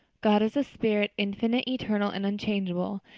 god is a spirit, infinite, eternal and unchangeable,